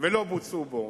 ולא בוצעו בו,